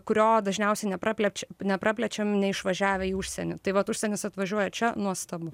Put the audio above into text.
kurio dažniausiai nepraplečia nepraplečiam neišvažiavę į užsienį tai vat užsienis atvažiuoja čia nuostabu